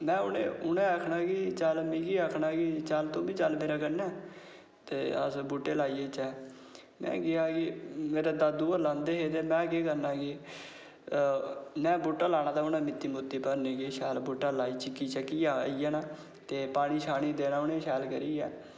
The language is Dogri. उनें आक्खना कि चल मिगी बी आक्खना कि चल मेरे कन्नै चल अस बूह्टे लाई औचे में गेआ जी मेरे दादू गै लांदे हे ते में केह् करना जी में बूह्टा लाना ते उनें मित्ती भरनी किश शैल बूह्टा लाई चिक्कियै आई जाना ते पानी देना उनेंगी शैल करियै ते